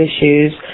issues